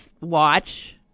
watch